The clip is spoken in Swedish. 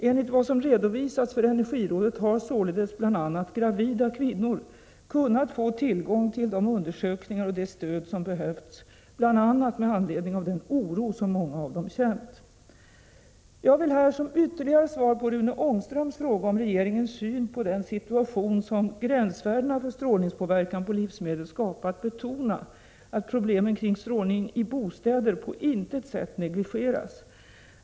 Enligt vad som redovisats för energirådet har således bl.a. gravida kvinnor kunnat få tillgång till de undersökningar och det stöd som behövts bl.a. med anledning av den oro som många av dem känt. Jag vill här, som ytterligare svar på Rune Ångströms fråga om regeringens syn på den situation som gränsvärdena för strålningspåverkan på livsmedel skapat, betona att problemen kring strålning i bostäder på intet sätt negligeras.